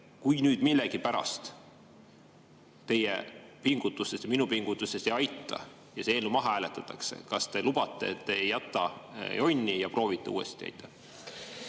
kui nüüd millegipärast teie pingutustest ja minu pingutustest ei aita ja see eelnõu maha hääletatakse, kas te lubate, et te ei jäta jonni ja proovite uuesti?